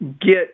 get